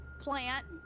plant